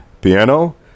piano